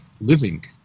living